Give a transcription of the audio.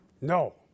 No